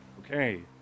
Okay